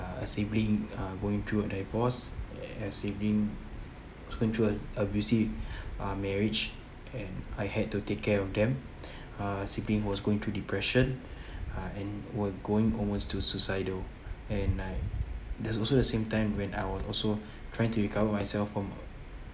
uh sibling uh going through a divorce and sibling going through a abusive uh marriage and I had to take care of them uh sibling was going through depression uh and were going almost to suicidal and like there's also the same time when I was also trying to recover myself from